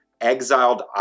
exiled